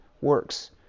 works